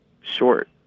short